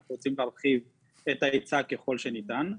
אנחנו רוצים להרחיב את ההיצע ככול שניתן.